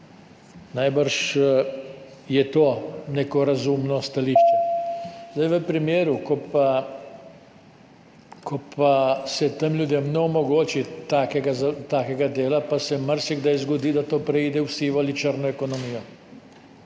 Najbrž je to neko razumno stališče. V primeru, ko pa se tem ljudem ne omogoči takega dela, pa se marsikdaj zgodi, da to preide v sivo ali črno ekonomijo.